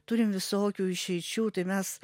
turim visokių išeičių tai mes